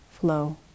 flow